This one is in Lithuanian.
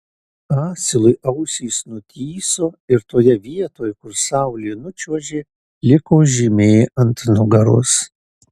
asilui ausys nutįso ir toje vietoj kur saulė nučiuožė liko žymė ant nugaros